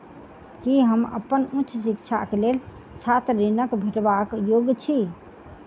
की हम अप्पन उच्च शिक्षाक लेल छात्र ऋणक भेटबाक योग्य छी?